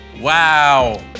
Wow